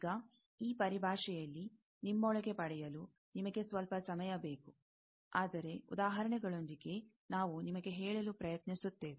ಈಗ ಈ ಪರಿಭಾಷೆಯನ್ನು ನಿಮ್ಮೊಳಗೆ ಪಡೆಯಲು ನಿಮಗೆ ಸ್ವಲ್ಪ ಸಮಯ ಬೇಕು ಆದರೆ ಉದಾಹರಣೆಗಳೊಂದಿಗೆ ನಾವು ನಿಮಗೆ ಹೇಳಲು ಪ್ರಯತ್ನಿಸುತ್ತೇವೆ